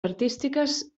artístiques